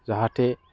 जाहाथे